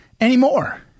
anymore